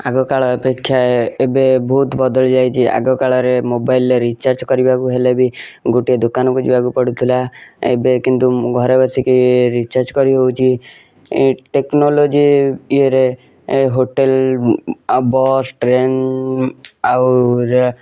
ଆଗକାଳ ଅପେକ୍ଷା ଏବେ ବହୁତ ବଦଳି ଯାଇଛି ଆଗକାଳରେ ମୋବାଇଲରେ ରିଚାର୍ଜ କରିବାକୁ ହେଲେ ବି ଗୋଟେ ଦୋକାନ କୁ ଯିବାକୁ ପଡ଼ୁଥିଲା ଏବେ କିନ୍ତୁ ଘରେ ବସିକି ରିଚାର୍ଜ କରିହେଉଛି ଟେକ୍ନୋଲୋଜି ଇଏ ରେ ହୋଟେଲ ବସ ଟ୍ରେନ ଆଉ ରେ